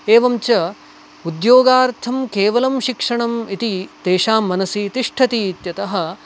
एवं च उद्योगार्थं केवलं शिक्षणम् इति तेषां मनसि तिष्ठति इत्यतः